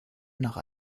nach